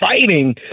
fighting